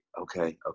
okay